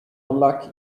unlucky